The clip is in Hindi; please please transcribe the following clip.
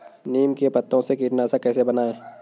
नीम के पत्तों से कीटनाशक कैसे बनाएँ?